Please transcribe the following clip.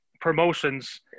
promotions